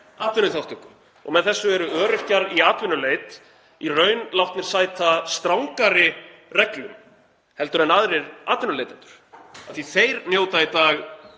atvinnuþátttöku. Með þessu eru öryrkjar í atvinnuleit í raun látnir sæta strangari reglum heldur en aðrir atvinnuleitendur af því að þeir njóta í dag